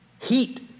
Heat